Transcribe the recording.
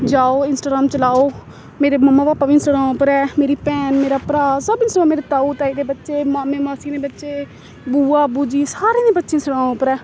जाओ इंस्टाग्राम चलाओ मेरे मम्मा पापा बी इंस्टाग्राम उप्पर ऐ मेरी भैन मेरा भ्राऽ सब इंस्टाग्राम उप्पर मेरे ताऊ ताई दे बच्चे मामे मासियें दे बच्चे बूआ बूजी सारें दे बच्चे इंस्टाग्राम उप्पर ऐ